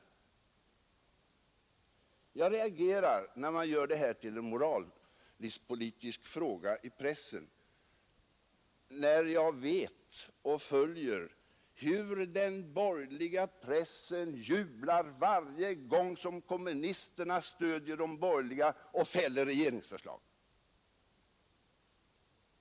Jag måste också säga att jag reagerar mot att man i pressen och delvis även i denna debatt gör det till en moralisk-politisk fråga om kommunisterna följer oss, när jag vet hur den borgerliga pressen jublar varje gång kommunisterna stöder de borgerliga och fäller regeringsförslag.